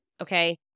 Okay